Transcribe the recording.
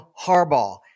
Harbaugh